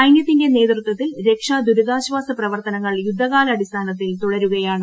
സൈനൃത്തിന്റെ നേതൃത്വത്തിൽ രക്ഷാദുരിതാശ്വാസ പ്രവർത്തനങ്ങൾ യുദ്ധകാലാടിസ്ഥാനത്തിൽ തുടരുകയാണ്